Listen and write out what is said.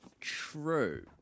true